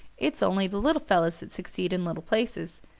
it's only the little fellows that succeed in little places.